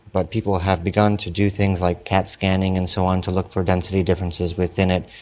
but people have begun to do things like ct scanning and so on to look for density differences within it,